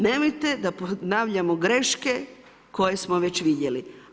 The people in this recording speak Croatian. Nemojte da ponavljamo greške koje smo već vidjeli.